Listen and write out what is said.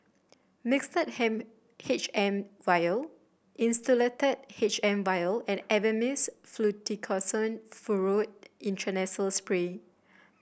Mixtard H M vial Insulatard H M vial and Avamys Fluticasone Furoate Intranasal Spray